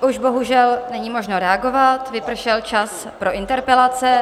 Už bohužel není možno reagovat, vypršel čas pro interpelace.